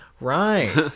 right